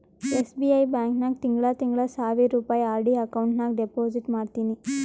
SBI bank ನಾಗ್ ತಿಂಗಳಾ ತಿಂಗಳಾ ಸಾವಿರ್ ರುಪಾಯಿ ಆರ್.ಡಿ ಅಕೌಂಟ್ ನಾಗ್ ಡೆಪೋಸಿಟ್ ಮಾಡ್ತೀನಿ